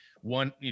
One